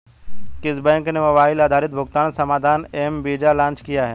किस बैंक ने मोबाइल आधारित भुगतान समाधान एम वीज़ा लॉन्च किया है?